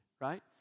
right